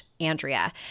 Andrea